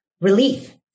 relief